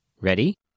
Ready